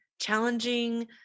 challenging